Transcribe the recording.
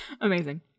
Amazing